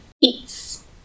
eats